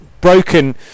broken